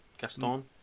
Gaston